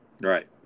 Right